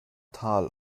tal